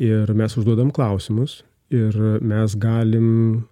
ir mes užduodam klausimus ir mes galim